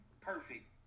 perfect